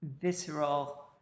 visceral